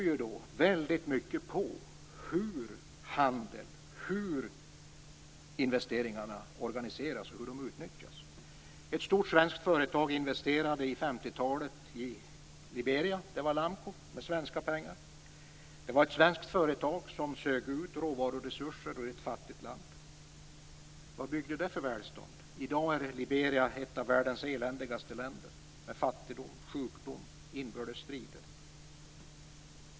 Det är väldigt viktigt hur handeln och investeringarna organiseras och utnyttjas. Ett stort svenskt företag investerade på 50-talet i Liberia. Det var Lamco, och det skedde med svenska pengar. Det var ett svenskt företag som sög ut råvaruresurser ur ett fattigt land. Vad byggde det för välstånd? I dag är Liberia ett av världens eländigaste länder med fattigdom, sjukdom och inbördes strider.